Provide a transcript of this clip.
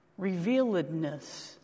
revealedness